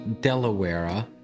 Delaware